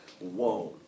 Whoa